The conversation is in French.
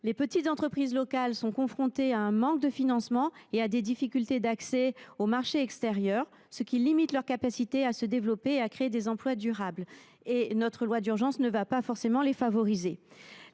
Les petites entreprises locales sont confrontées à un manque de financement et à des difficultés d’accès au marché extérieur, ce qui limite leur capacité à se développer et à créer des emplois durables. Or le projet de loi d’urgence que nous examinons ne les favorisera